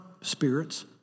spirits